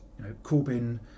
Corbyn